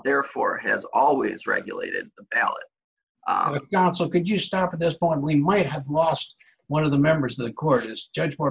therefore has always regulated the ballot so could you stop at this point we might have lost one of the members of the court is judge more